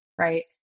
right